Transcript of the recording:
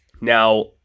Now